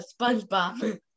spongebob